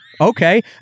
okay